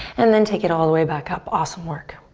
and then take it all the way back up, awesome work.